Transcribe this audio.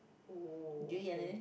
oh okay